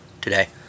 today